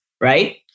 right